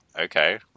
okay